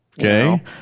Okay